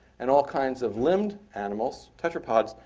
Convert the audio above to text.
and all kinds of limbed animals, tetrapods,